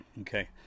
Okay